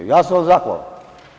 Ja sam vam zahvalan.